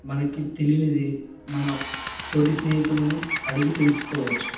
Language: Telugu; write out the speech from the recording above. మనకి తెలియనిది మన తోటి స్నేహితులని అడిగి తెలుసుకోవచ్చు